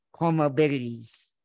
comorbidities